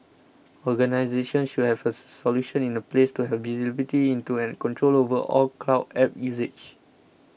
organisations should have a solution in place to have visibility into and control over all cloud apps usage